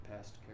past